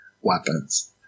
weapons